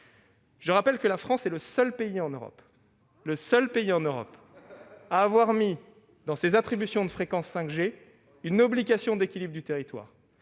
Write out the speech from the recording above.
Je rappelle que la France est le seul pays en Europe à avoir fait figurer parmi les critères d'attribution des fréquences 5G une obligation d'équilibre du territoire.